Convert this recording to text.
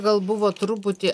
gal buvo truputį